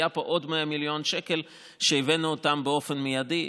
היו פה עוד 100 מיליון שקל שהבאנו באופן מיידי.